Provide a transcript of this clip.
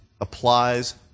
applies